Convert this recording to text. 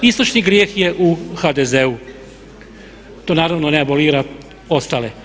Istočni grijeh je u HDZ-u, to naravno ne abolira ostale.